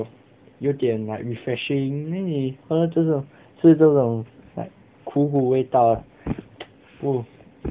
有点 like refreshing 因为你喝这个就这种 like 苦苦味道不